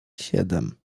siedem